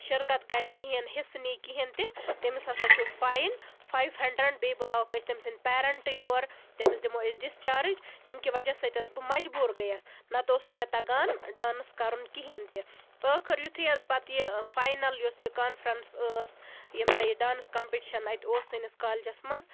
شِرکَت کرِ کِہینۍ حِصہٕ نہِ کِہینۍ تہِ تٔمِس ہسا چھُ فاین فایو ہنڈرَڈ بیٚیہِ بُلاوہوکھ أسۍ تٔمۍ سٔندۍ پیرینٹ یور تٔمِس دِمَو أسۍ ڈِسچارٕج ییٚمہِ کہِ وجہہ سۭتۍ حظ بہٕ مَجبوٗر گٔیَس نہ تہٕ اوس نہٕ مےٚ تَگان ڈانٔس کَرُن کِہینۍ تہِ ٲخٔر یِتھُے حظ پَتہٕ یہِ فاینَل یُس یہِ کونفرینٔس ٲس ییٚمہِ دۄہ یہِ ڈانٔس کَمپِٹشَن اَتہِ اوس سٲنِس کالجَس منٛز تہٕ